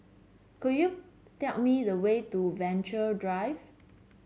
could you tell me the way to Venture Drive